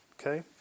Okay